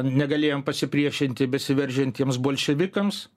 negalėjom pasipriešinti besiveržiantiems bolševikams